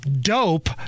dope